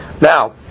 Now